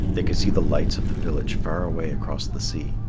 they could see the lights of the village far away across the sea.